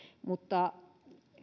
mutta